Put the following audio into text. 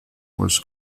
was